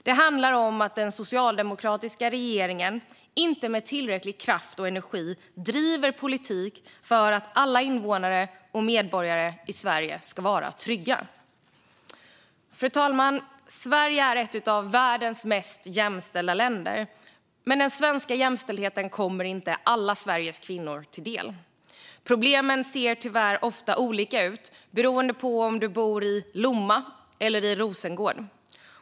Det handlar om att den socialdemokratiska regeringen inte med tillräcklig kraft och energi driver en politik för att alla invånare och medborgare i Sverige ska vara trygga. Fru talman! Sverige är ett av världens mest jämställda länder. Men den svenska jämställdheten kommer inte alla Sveriges kvinnor till del. Problemen ser tyvärr ofta olika ut beroende på om du bor till exempel i Lomma eller i Rosengård.